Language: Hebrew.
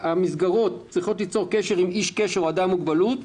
שהמסגרות צריכות ליצור קשר עם איש קשר או אדם עם מוגבלות,